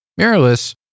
Mirrorless